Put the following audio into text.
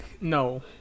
No